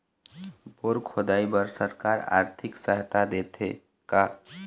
Bore खोदाई बर सरकार आरथिक सहायता देथे का?